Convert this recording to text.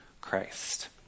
Christ